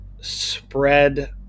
spread